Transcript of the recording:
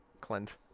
Clint